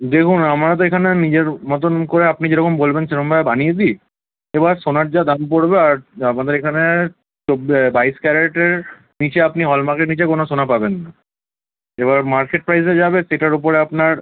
দেখুন আমরা তো এখানে নিজের মতন করে আপনি যেরকম বলবেন সেরকমভাবে বানিয়ে দিই এবার সোনার যা দাম পড়বে আর আমাদের এখানে চব্বি বাইশ ক্যারেটের নিচে আপনি হলমার্কের নিচে কোনো সোনা পাবেন না এবার মার্কেট প্রাইস যা যাবে সেটার ওপরে আপনার